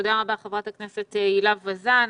תודה רבה, ח"כ הילה וזאן.